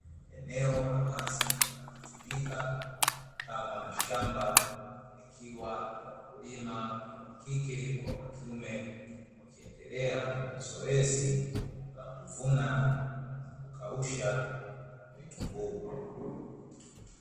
Eneo la wazi linalotumika kama shamba, likiwa na wakulima wa kike kwa wa kiume wakiendelea na zoezi la kuvuna na kukausha vitunguu.